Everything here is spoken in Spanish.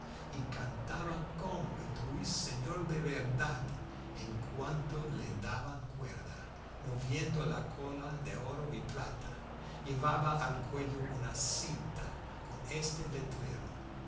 y cantaba como el ruiseñor de verdad en cuanto le daban cuerda moviendo la cola de oro y plata llevaba al cuello una cinta con este letrero el